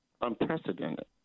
unprecedented